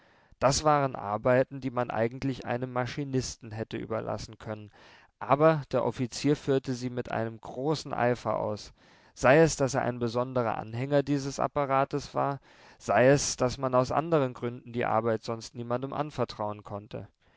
das waren arbeiten die man eigentlich einem maschinisten hätte überlassen können aber der offizier führte sie mit einem großen eifer aus sei es daß er ein besonderer anhänger dieses apparates war sei es daß man aus anderen gründen die arbeit sonst niemandem anvertrauen konnte